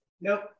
nope